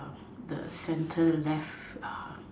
the centre left ah